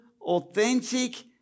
authentic